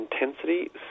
intensity